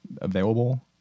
available